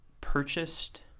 purchased